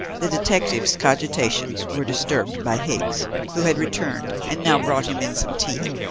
the detective's cogitations were disturbed by higgs, who had returned, and now brought him in some tea.